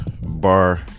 bar